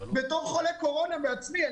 בתור חולה קורונה בעצמי,